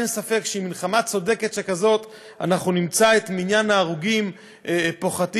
אין ספק שבמלחמה צודקת כזאת אנחנו נמצא את מניין ההרוגים פוחת,